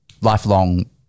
lifelong